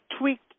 tweaked